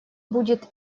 будет